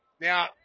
Now